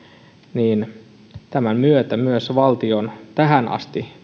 tämän myötä myös valtion tähän asti